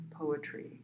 poetry